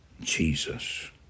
Jesus